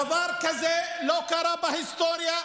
דבר כזה לא קרה בהיסטוריה.